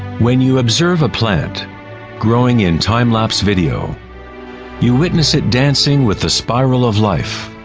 when you observe a plant growing in time-lapse video you witness it dancing with the spiral of life.